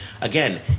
Again